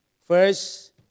First